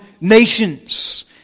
nations